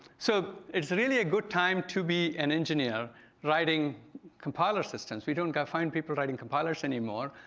so it's really a good time to be an engineer writing compiler systems. we don't go find people writing compilers anymore.